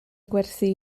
gwerthu